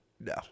No